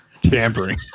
Tampering